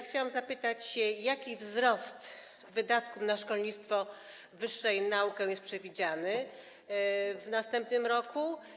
Chciałam zapytać: Jaki wzrost wydatków na szkolnictwo wyższe i naukę jest przewidziany w następnym roku?